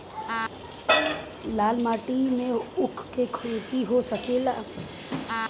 लाल माटी मे ऊँख के खेती हो सकेला?